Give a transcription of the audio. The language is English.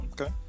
Okay